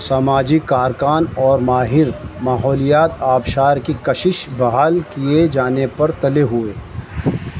سماجی کارکان اور ماہر ماحولیات آبشار کی کشش بحال کیے جانے پر تلے ہوئے ہیں